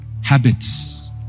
Habits